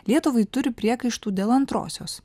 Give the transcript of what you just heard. lietuvai turi priekaištų dėl antrosios